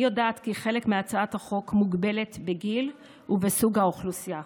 אני יודעת כי חלק מהצעת החוק מוגבל בגיל ובסוג האוכלוסייה.